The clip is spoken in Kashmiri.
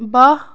باہہ